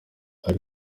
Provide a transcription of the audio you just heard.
ari